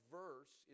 verse